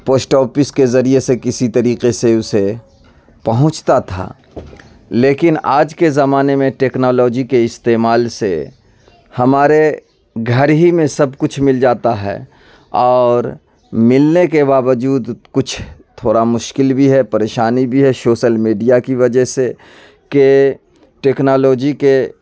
post آپس کے ذریعے سے کسی طریقے سے اسے پہنچتا تھا لیکن آج کے زمانے میں ٹیکنالوجی کے استعمال سے ہمارے گھر ہی میں سب کچھ مل جاتا ہے اور ملنے کے باوجود کچھ تھوڑا مشکل بھی ہے پریشانی بھی ہے شوسل میڈیا کی وجہ سے کہ ٹیکنالوجی کے